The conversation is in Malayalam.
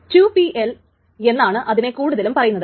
2PL എന്നാണ് അതിനെ കൂടുതലും പറയുന്നത്